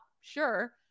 Sure